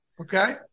Okay